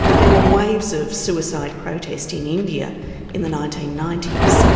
there were waves of suicide protest in india in the nineteen ninety s.